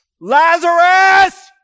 Lazarus